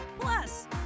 Plus